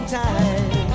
time